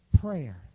prayer